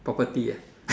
property ah